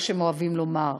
מה שהם אוהבים לומר,